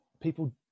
people